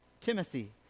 Timothy